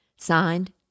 Signed